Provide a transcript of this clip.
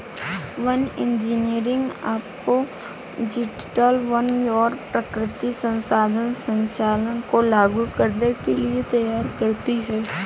one engineering आपको जटिल वन और प्राकृतिक संसाधन संचालन को लागू करने के लिए तैयार करती है